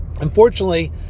Unfortunately